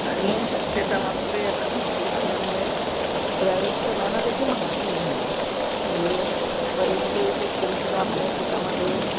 आणि त्याचा वापरही आता भरपूर झाल्यामुळे बऱ्या सगळ्यांना त्याची माहिती झाली आहे म्हणजे बरेचसे शेतकरीसुद्धा आपल्या शेतामध्ये